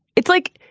it's like,